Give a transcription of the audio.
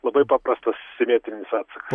labai paprastus simetrinis atsakas